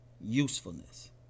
usefulness